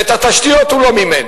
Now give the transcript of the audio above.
ואת התשתיות הוא לא מימן,